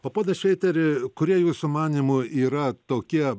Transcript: o ponas šveiteri kurie jūsų manymu yra tokie